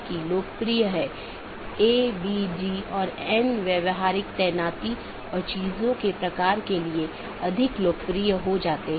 इसका मतलब है कि सभी BGP सक्षम डिवाइस जिन्हें BGP राउटर या BGP डिवाइस भी कहा जाता है एक मानक का पालन करते हैं जो पैकेट को रूट करने की अनुमति देता है